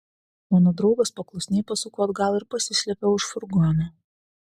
mano draugas paklusniai pasuko atgal ir pasislėpė už furgono